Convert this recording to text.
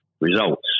results